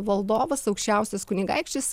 valdovas aukščiausias kunigaikštis